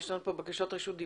יש לנו בקשות דיבור.